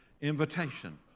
invitation